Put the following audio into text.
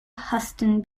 huston